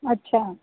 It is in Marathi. अच्छा